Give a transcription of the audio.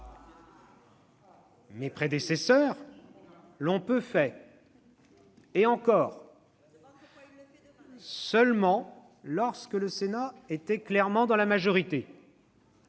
Mes prédécesseurs l'ont peu fait, et encore, seulement lorsque le Sénat était clairement dans la majorité.